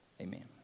Amen